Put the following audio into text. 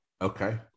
Okay